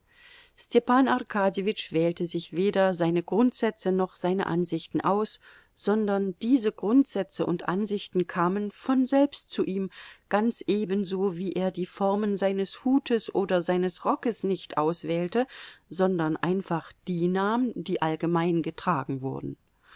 arkadjewitsch wählte sich weder seine grundsätze noch seine ansichten aus sondern diese grundsätze und ansichten kamen von selbst zu ihm ganz ebenso wie er die formen seines hutes oder seines rockes nicht auswählte sondern einfach die nahm die allgemein getragen wurden